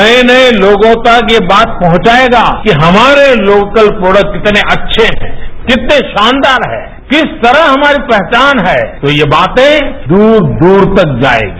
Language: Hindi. नर्य नये लोगों तक ये बात पहुंचायेगा कि हमारे लोकत प्रोडक्ट कितने थच्छे हैं कितने शानदार हैं किस तरह हमारी पहचान है तो यह बातें दूर दूर तक जायेगी